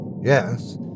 yes